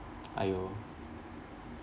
!aiyo!